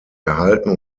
erhalten